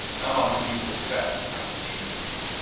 now mountague sit fast, i seeke for thee,